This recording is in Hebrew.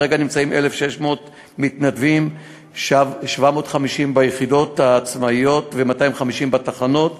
כרגע יש 1,600 מתנדבים: 750 ביחידות העצמאיות ו-250 בתחנות,